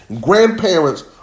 Grandparents